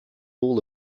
was